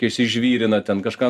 išsižvyrina ten kažką